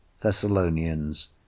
Thessalonians